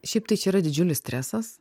šiaip tai čia yra didžiulis stresas